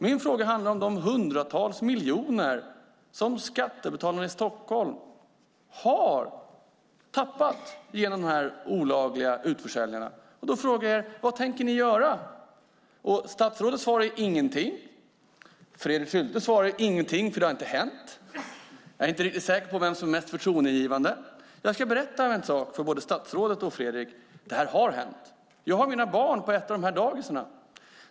Min fråga handlar om de hundratals miljoner som skattebetalarna i Stockholm har tappat genom dessa olagliga utförsäljningar. Jag frågar er: Vad tänker ni göra? Statsrådets svar är: Ingenting. Fredrik Schultes svar är: Ingenting, för det har inte hänt. Jag är inte riktigt säker på vem som är mest förtroendeingivande. Jag ska berätta en sak för både statsrådet och Fredrik: Det har hänt. Jag har mina barn på ett av dessa dagis.